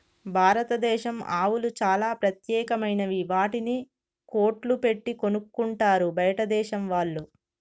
భారతదేశం ఆవులు చాలా ప్రత్యేకమైనవి వాటిని కోట్లు పెట్టి కొనుక్కుంటారు బయటదేశం వాళ్ళు